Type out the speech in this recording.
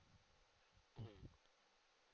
mm